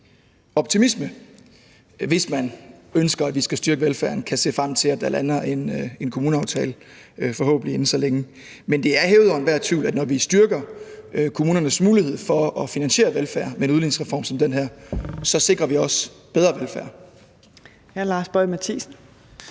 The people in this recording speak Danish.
optimisme – hvis man ønsker, at vi skal styrke velfærden – kan se frem til, at der lander en kommuneaftale, forhåbentlig inden så længe. Men det er hævet over enhver tvivl, at når vi styrker kommunernes mulighed for at finansiere velfærden med en udligningsreform som den her, så sikrer vi også bedre velfærd. Kl. 16:28 Fjerde